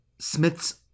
Smith's